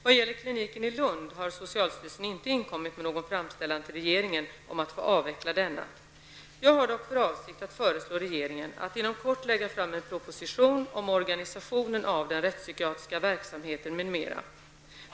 Vad gäller kliniken i Lund har socialstyrelsen inte inkommit med någon framställan till regeringen om att få aveckla denna. Jag har dock för avsikt att föreslå regeringen att inom kort lägga fram en proposition om organisationen av den rättspsykiatriska verksamheten m.m.